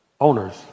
Owners